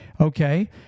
Okay